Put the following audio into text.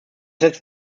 hätte